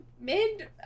mid